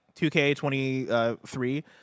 2K23